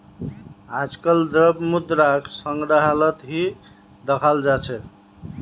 आजकल द्रव्य मुद्राक संग्रहालत ही दखाल जा छे